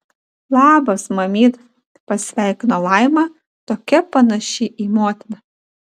labas mamyt pasisveikino laima tokia panaši į motiną